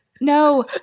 no